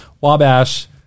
wabash